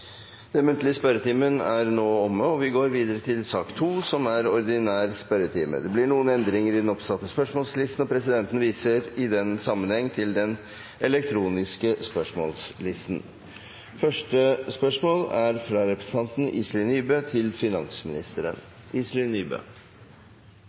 Den muntlige spørretimen er dermed omme. Det blir noen endringer i den oppsatte spørsmålslisten, og presidenten viser i den sammenheng til den elektroniske oversikten som er